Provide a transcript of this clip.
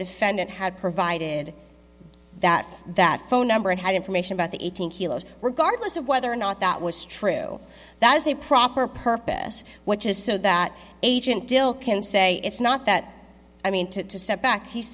defendant had provided that that phone number and had information about the eighteen kilos were gardeners of whether or not that was true that is the proper purpose which is so that agent dill can say it's not that i mean to to set back he